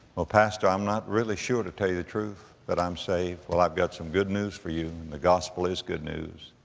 well pastor, i'm not really sure, to tell you the truth, that i'm saved. well, i've got some good news for you. and the gospel is good news.